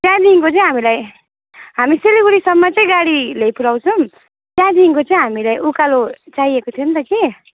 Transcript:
त्यहाँदेखिन्को चाहिँ हामीलाई हामी सिलिगुडीसम्म चाहिँ गाडी ल्याइपुऱ्याउँछौँ त्यहाँदेखिन्को चाहिँ हामीलाई उकालो चाहिएको थियो नि त कि